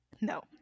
no